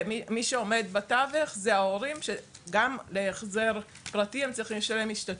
מי שעומד בתווך זה ההורים שגם בהחזר פרטי הם צריכים לשלם השתתפות.